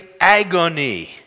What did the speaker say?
agony